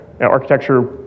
architecture